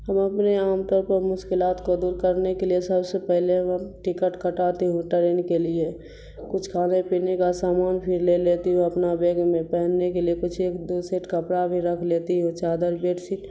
ہم اپنے عام طور پر مشکلات کو دور کرنے کے لیے سب سے پہلے میں ٹکٹ کٹاتی ہوں ٹرین کے لیے کچھ کھانے پینے کا سامان پھر لے لیتی ہوں اپنا بیگ میں پہننے کے لیے کچھ ایک دو سیٹ کپڑا بھی رکھ لیتی ہوں چادر بیڈ شیٹ